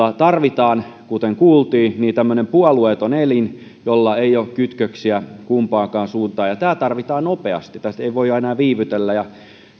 tarvitaan kuten kuultiin puolueeton elin jolla ei ole kytköksiä kumpaankaan suuntaan ja tämä tarvitaan nopeasti tässä ei voida enää viivytellä